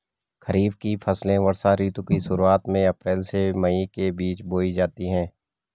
खरीफ की फसलें वर्षा ऋतु की शुरुआत में, अप्रैल से मई के बीच बोई जाती हैं